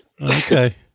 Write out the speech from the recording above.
Okay